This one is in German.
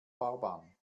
fahrbahn